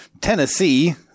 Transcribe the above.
Tennessee